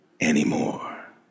anymore